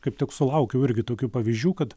kaip tik sulaukiau irgi tokių pavyzdžių kad